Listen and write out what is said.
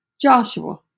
Joshua